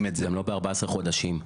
גם לא ב-14 חודשים.